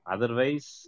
Otherwise